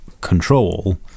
control